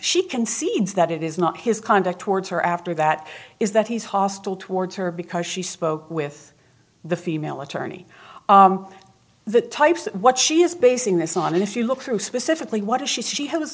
she concedes that it is not his conduct towards her after that is that he is hostile towards her because she spoke with the female attorney the types of what she is basing this on if you look through specifically what she says she has